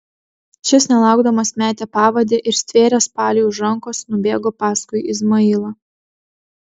šis nelaukdamas metė pavadį ir stvėręs paliui už rankos nubėgo paskui izmailą